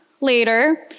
later